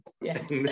Yes